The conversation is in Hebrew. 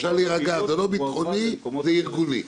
אפשר להירגע, זה לא ביטחוני, זה ארגוני.